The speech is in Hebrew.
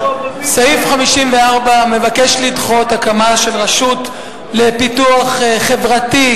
סעיף 54 מבקש לדחות הקמה של רשות לפיתוח חברתי,